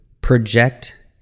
project